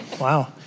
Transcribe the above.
Wow